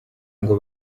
ngo